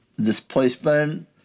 displacement